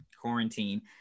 quarantine